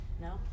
No